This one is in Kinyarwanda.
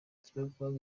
kibagabaga